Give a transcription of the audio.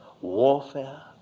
Warfare